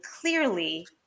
clearly